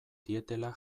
dietela